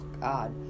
God